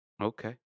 okay